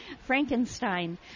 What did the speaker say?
Frankenstein